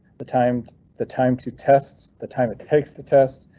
the time the time to test the time it takes to test.